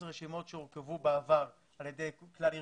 אלה רשימות שהורכבו בעבר על ידי כלל הארגונים,